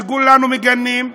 שכולנו מגנים,